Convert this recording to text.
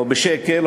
או בשקל,